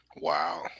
Wow